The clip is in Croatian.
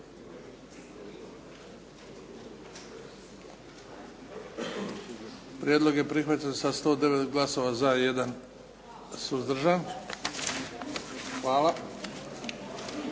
Prijedlog je prihvaćen sa 109 glasova za i 1 suzdržan. Hvala.